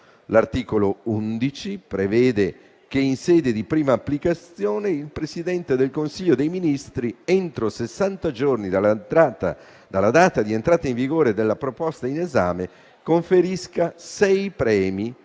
L'articolo 11 prevede che, in sede di prima applicazione, il Presidente del Consiglio dei ministri, entro sessanta giorni dall'entrata in vigore della proposta in esame, conferisca sei premi